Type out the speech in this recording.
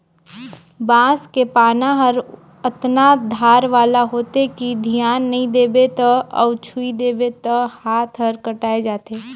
बांस के पाना हर अतना धार वाला होथे कि धियान नई देबे त अउ छूइ देबे त हात हर कटाय जाथे